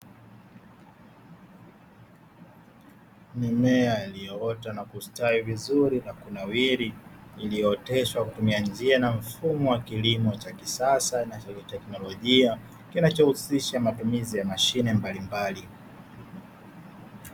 Mimea iliyoota na kustawi vizuri na kunawiri, iliyooteshwa kwa kutumia njia na mfumo wa kilimo cha kisasa na cha teknolojia kinachohusisha matumizi ya mashine mbalimbali.